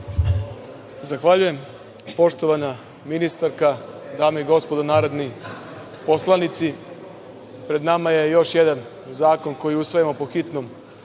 Zahvaljujem. Poštovana ministarka, dame i gospodo narodni poslanici, pred nama je još jedan zakon, koji usvajamo po hitnom